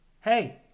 hey